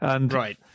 Right